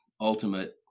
ultimate